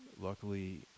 luckily